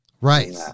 Right